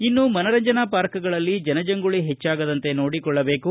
ಇನ್ನು ಮನರಂಜನಾ ಪಾರ್ಕ್ಗಳಲ್ಲಿ ಜನಜಂಗುಳಿ ಹೆಚ್ಚಾಗದಂತೆ ನೋಡಿಕೊಳ್ಳಬೇಕು